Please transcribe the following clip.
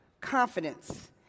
confidence